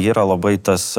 yra labai tas